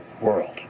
world